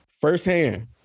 firsthand